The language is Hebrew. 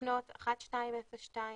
לפנות ל-1202,